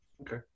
Okay